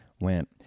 went